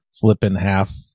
flip-in-half